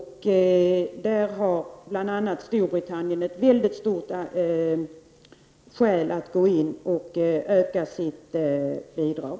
Jag tänker då bl.a. på Storbritannien. Där har man verkligen skäl att öka sitt bidrag.